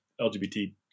LGBT